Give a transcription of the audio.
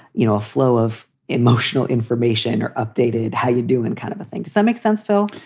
you know a flow of emotional information or updated how you do in kind of a thing. does that make sense, phil?